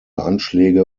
anschläge